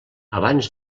abans